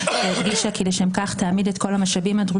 שנקרא "רוב מזדמן" ויבקש לשנות את השיטה הזאת לשיטה אחרת.